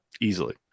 Easily